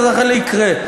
ולכן זה יקרה.